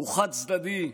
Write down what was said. הוא חד-צדדי,